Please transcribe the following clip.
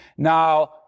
Now